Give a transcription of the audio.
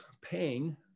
paying